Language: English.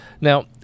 Now